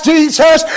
Jesus